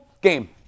Game